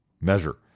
measure